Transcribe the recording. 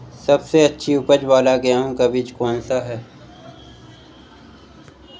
सबसे अच्छी उपज वाला गेहूँ का बीज कौन सा है?